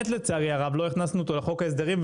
לצערי הרב לא הכנסנו אותו לחוק ההסדרים,